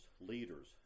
leaders